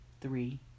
three